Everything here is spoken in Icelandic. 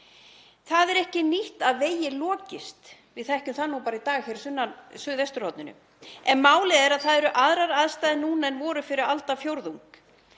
Það er ekki nýtt að vegir lokist, við þekkjum það nú bara í dag hér á suðvesturhorninu. En málið er að það eru aðrar aðstæður núna en voru fyrir aldarfjórðung